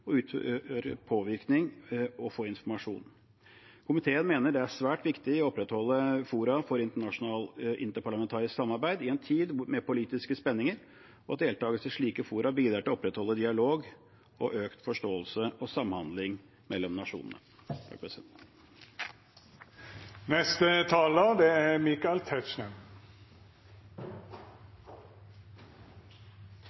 påvirkning og få informasjon. Komiteen mener det er svært viktig å opprettholde fora for interparlamentarisk samarbeid i en tid med politiske spenninger, og at deltakelse i slike fora bidrar til å opprettholde dialog og økt forståelse og samhandling mellom nasjonene.